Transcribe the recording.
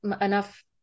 enough